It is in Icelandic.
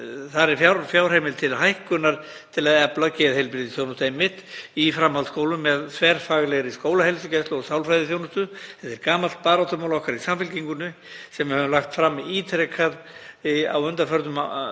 þar er fjárheimild til hækkunar til að efla geðheilbrigðisþjónustu í framhaldsskólum með þverfaglegri skólaheilsugæslu og sálfræðiþjónustu. Það er gamalt baráttumál okkar í Samfylkingunni sem við höfum lagt fram ítrekað á undanförnum